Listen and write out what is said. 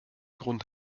grund